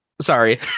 Sorry